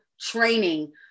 training